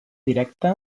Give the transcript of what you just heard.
directa